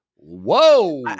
Whoa